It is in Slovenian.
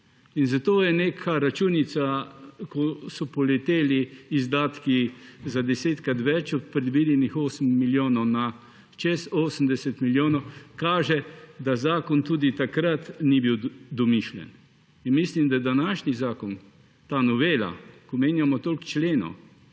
In zato neka računica, ko so poleteli izdatki za desetkrat več od predvidenih 8 milijonov na več kot 80 milijonov, kaže, da zakon tudi takrat ni bil domišljen. In mislim, da današnji zakon, ta novela, ko menjamo toliko členov,